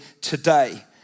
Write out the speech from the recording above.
today